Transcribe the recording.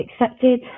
accepted